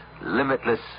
limitless